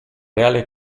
reale